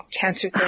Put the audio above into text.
cancer